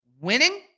winning